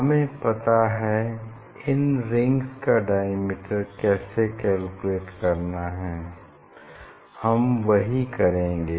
हमें पता है इन रिंग्स का डायमीटर कैसे कैलकुलेट करना है हम वही करेंगे